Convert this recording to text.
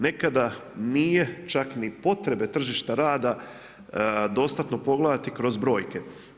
Nekada nije čak ni potrebe tržište rada dostatno pogledati kroz brojke.